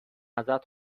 ازت